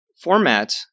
format